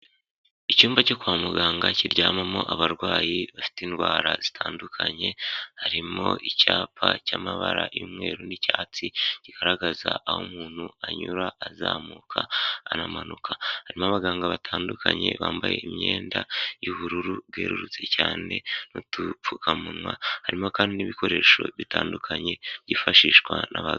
Icyumba cyo kwa muganga kiryamamo abarwayi bafite indwara zitandukanye, harimo icyapa cy'amabara y'umweru n'icyatsi kigaragaza aho umuntu anyura azamuka anamanuka harimo abaganga batandukanye bambaye imyenda y'ubururu bwerurutse cyane n'utupfukamunwa harimo kandi n'ibikoresho bitandukanye byifashishwa n'aba.